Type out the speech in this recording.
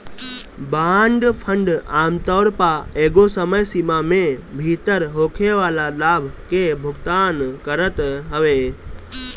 bond fund आमतौर पअ एगो समय सीमा में भीतर होखेवाला लाभ के भुगतान करत हवे